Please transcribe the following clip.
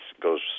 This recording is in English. goes